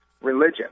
religion